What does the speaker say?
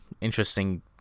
interesting